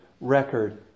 record